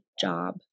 job